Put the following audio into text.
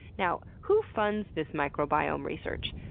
now, who funds this microbiome research?